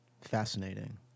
Fascinating